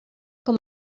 com